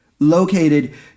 located